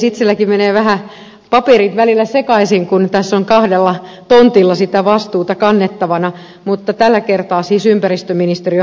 itsellänikin menevät vähän paperit välillä sekaisin kun tässä on kahdella tontilla sitä vastuuta kannettavana mutta tällä kertaa siis ympäristöministeriön hallinnonalan asioita